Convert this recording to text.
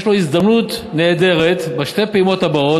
יש לו הזדמנות נהדרת בשתי הפעימות הבאות,